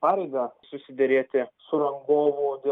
pareigą susiderėti su rangovu dėl